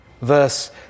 verse